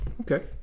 Okay